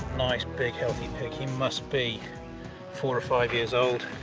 nice big, healthy pig. he must be four or five years old.